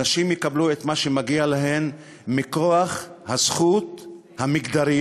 נשים יקבלו את מה שמגיע להן מכוח הזכות המגדרית,